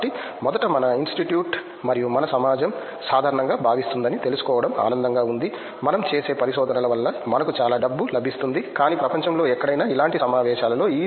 కాబట్టి మొదట మన ఇన్స్టిట్యూట్ మరియు మన సమాజం సాధారణంగా భావిస్తుందని తెలుసుకోవడం ఆనందంగా ఉంది మనం చేసే పరిశోధనల వల్ల మనకు చాలా డబ్బు లభిస్తుంది కానీ ప్రపంచంలో ఎక్కడైనా ఇలాంటి సమావేశాలలో